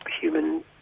human